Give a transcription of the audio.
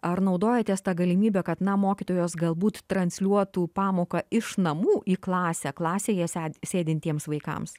ar naudojatės ta galimybe kad na mokytojos galbūt transliuotų pamoką iš namų į klasę klasėje sed sėdintiems vaikams